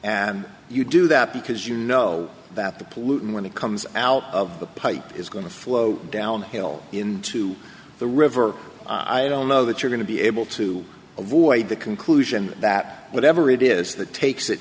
and you do that because you know that the pollutant when it comes out of the pipe is going to flow downhill to the river i don't know that you're going to be able to avoid the conclusion that whatever it is that takes it